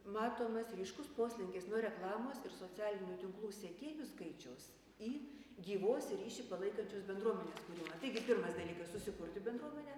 matomas ryškus poslinkis nuo reklamos ir socialinių tinklų sekėjų skaičiaus į gyvuos ir ryšį palaikančios bendruomenės kūrimą taigi pirmas dalykas susikurti bendruomenę